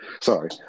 Sorry